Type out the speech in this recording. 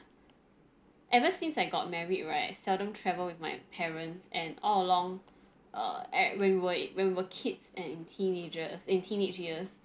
ever since I got married right seldom travel with my parents and all along err and when we were we were kids and in teenagers eh in teenage years